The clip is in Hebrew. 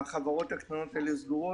החברות הקטנות האלה סגורות.